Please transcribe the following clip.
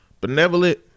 benevolent